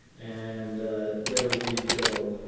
and there we go